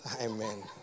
Amen